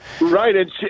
Right